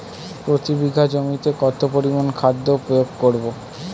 প্রতি বিঘা জমিতে কত পরিমান খাদ্য প্রয়োগ করব?